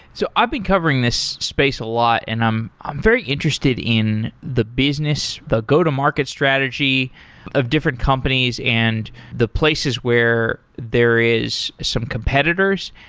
so i've been covering this space a lot, and i'm very interested in the business, the go-to-market strategy of different companies and the places where there is some competitors.